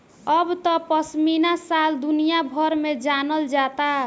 अब त पश्मीना शाल दुनिया भर में जानल जाता